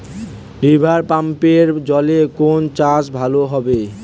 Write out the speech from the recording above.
রিভারপাম্পের জলে কোন চাষ ভালো হবে?